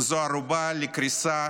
וזו ערובה לקריסה